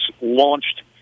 launched